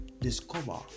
discover